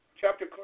Chapter